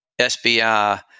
SBI